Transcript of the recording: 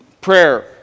prayer